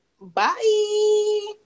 Bye